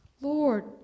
Lord